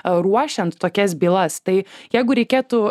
ruošiant tokias bylas tai jeigu reikėtų